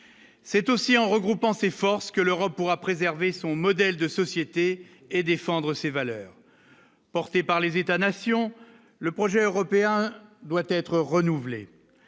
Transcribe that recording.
c'est aussi en regroupant ses forces que l'Europe pourra préserver son modèle de société et défendre ses valeurs portées par les États-Nations le projet européen doit être renouvelée,